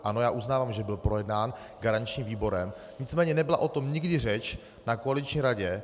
Ano, já uznávám, že byl projednán garančním výborem, nicméně nebyla o tom nikdy řeč na koaliční radě.